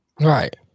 right